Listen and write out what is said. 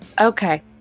Okay